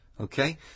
Okay